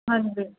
ਹਾਂਜੀ